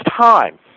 time